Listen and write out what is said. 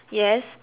yes